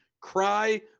cry